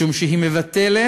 משום שהיא מבטלת